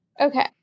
Okay